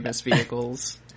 vehicles